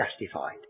justified